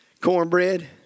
Cornbread